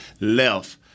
left